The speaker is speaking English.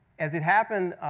as it happened,